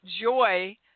joy